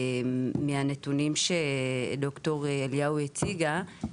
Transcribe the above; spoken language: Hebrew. מהנתונים שד"ר אליהו הציגה,